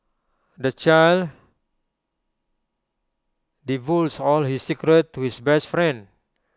the child divulged all his secrets to his best friend